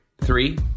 Three